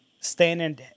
standing